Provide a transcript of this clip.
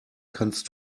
kannst